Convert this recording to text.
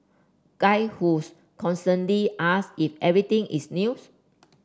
guy whose constantly ask if everything is news